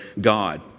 God